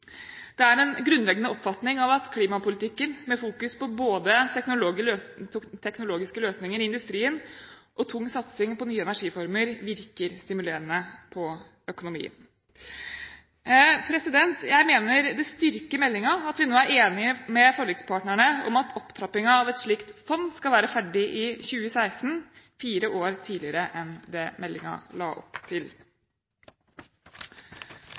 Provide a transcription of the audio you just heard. Det er en grunnleggende oppfatning at klimapolitikken, med fokus på både teknologiske løsninger i industrien og tung satsing på nye energiformer, virker stimulerende på økonomien. Jeg mener det styrker meldingen at vi nå er enig med forlikspartnerne om at opptrappingen av et slikt fond skal være ferdig i 2016, fire år tidligere enn meldingen la opp til.